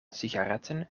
sigaretten